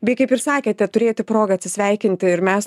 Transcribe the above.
bei kaip ir sakėte turėti progą atsisveikinti ir mes